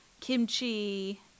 Kimchi